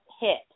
hit